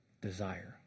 desire